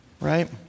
right